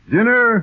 Dinner